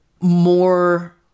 more